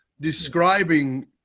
describing